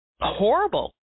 horrible